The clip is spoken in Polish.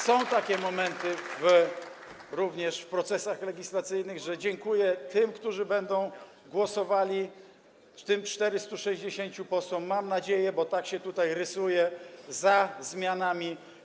Są takie momenty również w procesach legislacyjnych, że dziękuję tym, którzy będą głosowali, tym 460 posłom, mam nadzieję, bo tak się tutaj to rysuje, za zmianami.